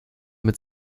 mit